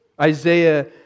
Isaiah